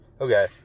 Okay